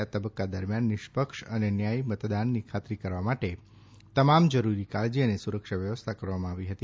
આ તબક્કા દરમ્યાન નિષ્પક્ષ અને ન્યાયી મતદાનની ખાતરી કરવા માટે તમામ જરૂરી કાળજી અને સુરક્ષા વ્યવસ્થા કરવામાં આવી હતી